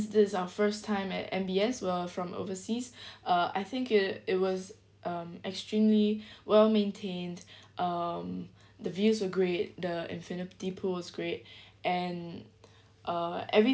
this is our first time at M_B_S we're from overseas uh I think it it was um extremely well maintained um the views were great the infinity pool was great and uh every~